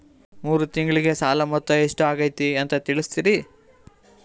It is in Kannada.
ಮೂರು ತಿಂಗಳಗೆ ಸಾಲ ಮೊತ್ತ ಎಷ್ಟು ಆಗೈತಿ ಅಂತ ತಿಳಸತಿರಿ?